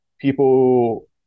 people